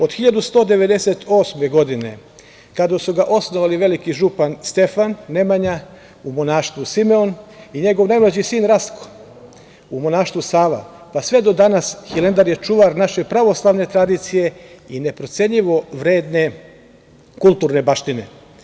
Od 1198. godine, kada su ga osnovali veliki župan Stefan Nemanja, u monaštvu Simeon, i njegov najmlađi sin Rastko, u monaštvu Sava, pa sve do danas Hilandar je čuvar naše pravoslavne tradicije i neprocenljivo vredne kulturne baštine.